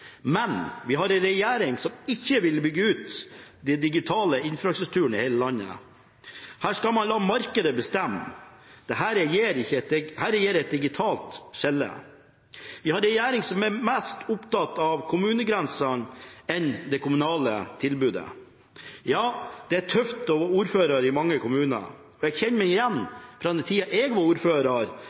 Men vi har en regjering som ikke vil bygge ut den digitale infrastrukturen i hele landet. Her skal man la markedet bestemme, og dette gir et digitalt skille. Vi har en regjering som er mer opptatt av kommunegrensene enn av det kommunale tilbudet. Ja, det er tøft å være ordfører i mange kommuner, og jeg kjenner meg igjen fra den tida jeg var ordfører.